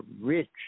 rich